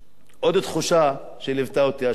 עוד תחושה שליוותה אותי השבוע.